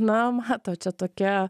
na matot čia tokia